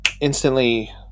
instantly